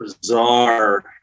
bizarre